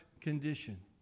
condition